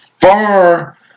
far